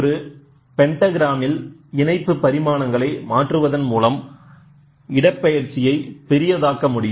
ஒரு பெண்டாகிராமில் இணைப்பு பரிமாணங்களை மாற்றுவதன் மூலம் இடப்பெயர்ச்சியை பெரியதாக்க முடியும்